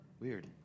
Weird